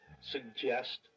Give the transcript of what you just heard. suggest